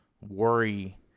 worry